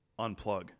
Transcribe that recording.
unplug